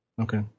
Okay